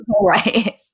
right